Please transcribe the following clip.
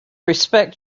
respect